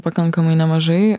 pakankamai nemažai